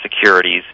securities